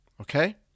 Okay